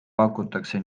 pakutakse